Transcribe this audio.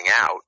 out